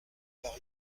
par